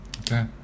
Okay